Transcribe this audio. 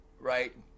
right